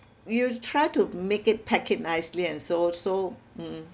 you try to make it pack it nicely and so so mm